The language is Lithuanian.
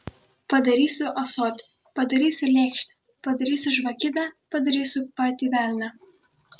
padarysiu ąsotį padarysiu lėkštę padarysiu žvakidę padarysiu patį velnią